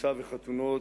כניסה וחתונות